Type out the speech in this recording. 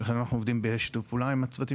ואכן אנחנו עובדים בשיתוף פעולה עם הצוותים